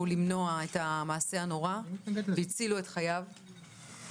למנוע את המעשה הנורא והצילו את חייו,